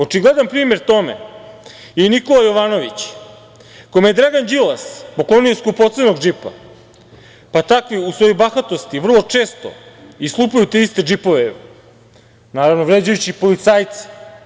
Očigledan primer tome je Nikola Jovanović, kome je Dragan Đilas poklonio skupocenog džipa, takvi u svojoj bahatosti vrlo često i slupaju te iste džipove, naravno, vređajući policajce.